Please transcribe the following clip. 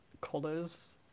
Colors